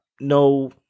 No